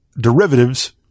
derivatives